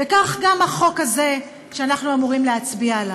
וכך גם החוק הזה, שאנחנו אמורים להצביע עליו.